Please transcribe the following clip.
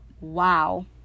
wow